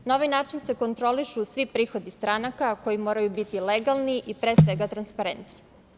Na ovaj način se kontrolišu svi prihodi stranaka koji moraju biti legalni i pre svega transparentni.